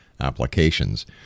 applications